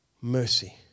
mercy